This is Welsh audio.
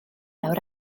awr